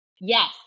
Yes